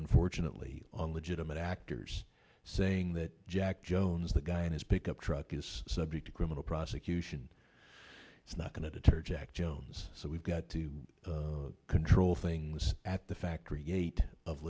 none fortunately on legitimate actors saying that jack jones the guy in his pickup truck is subject to criminal prosecution it's not going to deter jack jones so we've got to control things at the factory gate of